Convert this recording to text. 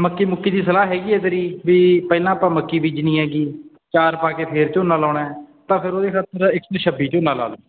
ਮੱਕੀ ਮੁੱਕੀ ਦੀ ਸਲਾਹ ਹੈਗੀ ਆ ਤੇਰੀ ਵੀ ਪਹਿਲਾਂ ਆਪਾਂ ਮੱਕੀ ਬੀਜਣੀ ਹੈਗੀ ਅਚਾਰ ਪਾ ਕੇ ਫਿਰ ਝੋਨਾ ਲਗਾਉਣਾ ਤਾਂ ਫਿਰ ਉਹਦੇ ਹੱਥ ਦਾ ਇੱਕ ਸੌ ਛੱਬੀ ਝੋਨਾ ਲਾ ਲਓ